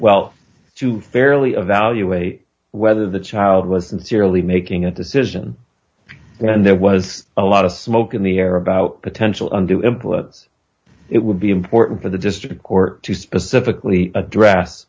wealth to fairly evaluate whether the child was sincerely making a decision then there was a lot of smoke in the air about potential and to imply that it would be important for the district court to specifically address